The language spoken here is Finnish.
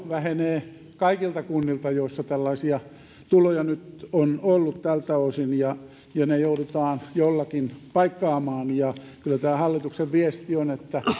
vähenee kaikilta kunnilta joissa tällaisia tuloja nyt on ollut tältä osin ja ne joudutaan jollakin paikkaamaan kyllä tämä hallituksen viesti on että